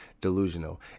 delusional